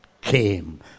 came